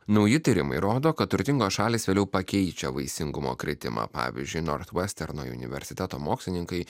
nauji tyrimai rodo kad turtingos šalys vėliau pakeičia vaisingumo kritimą pavyzdžiui nors vesterno universiteto mokslininkai